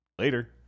Later